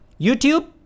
youtube